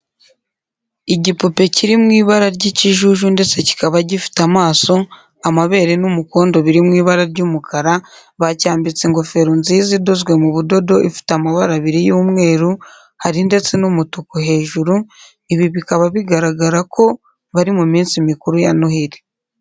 Igipupe kiri mu ibara ry'ikijuju ndetse kikaba gifite amaso, amabere n'umukondo biri mu ibara ry'umukara, bacyambitse ingofero nziza idozwe mu budodo ifite amabara abiri y'umweru hari ndetse n'umutuku hejuru, ibi bikaba bigaragara ko bari mu minsi mikuru ya Noheri.